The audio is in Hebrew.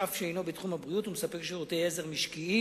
שאף שאינו בתחום הבריאות הוא מספק שירותי עזר משקיים